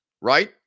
right